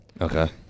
Okay